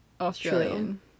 Australian